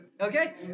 Okay